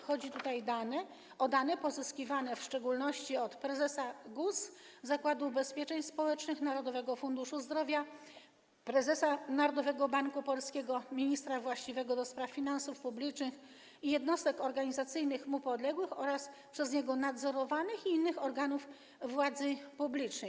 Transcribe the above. Chodzi tutaj o dane pozyskiwane w szczególności od prezesa GUS, Zakładu Ubezpieczeń Społecznych, Narodowego Funduszu Zdrowia, prezesa Narodowego Banku Polskiego, ministra właściwego do spraw finansów publicznych i jednostek organizacyjnych mu podległych oraz przez niego nadzorowanych i innych organów władzy publicznej.